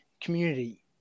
community